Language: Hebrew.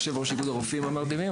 אני יושב-ראש איגוד הרופאים המרדימים.